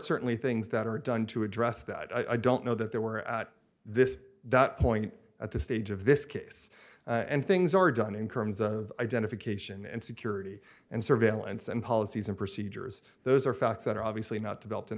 certainly things that are done to address that i don't know that there were at this point at the stage of this case and things are done in kearns of identification and security and surveillance and policies and procedures those are facts that are obviously not developed in